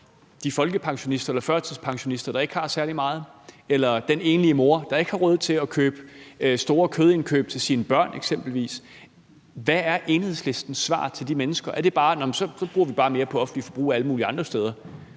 de folkepensionister eller førtidspensionister, der ikke har særlig meget, eller den enlige mor, der eksempelvis ikke har råd til at foretage store kødindkøb til sine børn. Hvad er Enhedslistens svar til de mennesker? Er det bare, at man så bare vil bruge mere på det offentlige forbrug alle mulige andre steder?